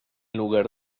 lugar